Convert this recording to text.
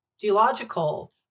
geological